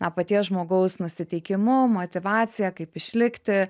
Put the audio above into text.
na paties žmogaus nusiteikimu motyvacija kaip išlikti